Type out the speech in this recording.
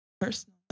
personal